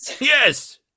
yes